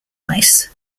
ice